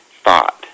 thought